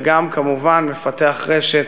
וגם כמובן מפתח רשת